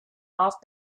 off